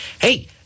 Hey